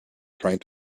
trying